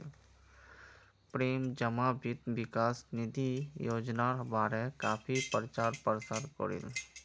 प्रेम जमा वित्त विकास निधि योजनार बारे काफी प्रचार प्रसार करील